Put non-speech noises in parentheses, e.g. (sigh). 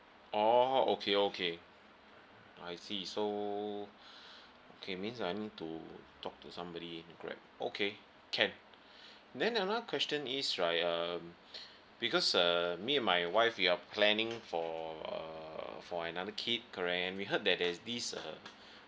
oh okay okay I see so (breath) okay means I need to talk to somebody correct okay can (breath) then another question is right um (breath) because uh me and my wife we are planning for a for another kid correct we heard that there's this uh (breath)